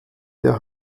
der